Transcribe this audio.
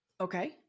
Okay